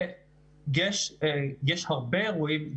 יש הרבה אירועים,